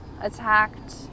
attacked